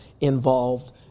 involved